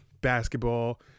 basketball